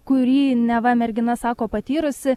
kurį neva mergina sako patyrusi